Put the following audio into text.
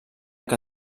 que